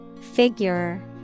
Figure